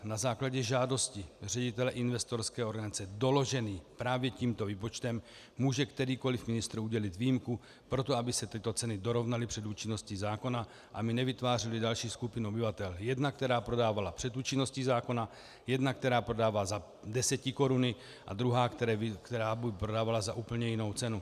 Na základě žádosti ředitele investorské organizace doložené právě tímto výpočtem může kterýkoli ministr udělit výjimku pro to, aby se tyto ceny dorovnaly před účinností zákona a my nevytvářeli další skupinu obyvatel jedna, která prodávala před účinností zákona, jedna, která prodává za desetikoruny, a druhá, která by prodávala za úplně jinou cenu.